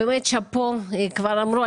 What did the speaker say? באמת שאפו, כבר אמרו.